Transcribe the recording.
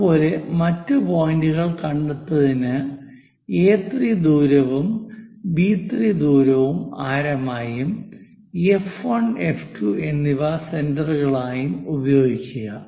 അതുപോലെ മറ്റ് പോയിന്റുകൾ കണ്ടെത്തുന്നതിന് എ3 ദൂരവും ബി 3 ദൂരം ആരമായും എഫ് 1 എഫ് 2 എന്നിവ സെന്ററുകളായും ഉപയോഗിക്കുക